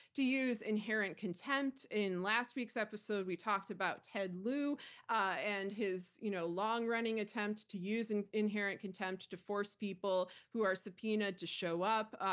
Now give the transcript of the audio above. to use inherent contempt. in last week's episode, we talked about ted lieu and his you know long running attempt to use and inherent contempt to force people who are subpoenaed to show up,